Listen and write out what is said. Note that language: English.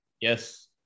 Yes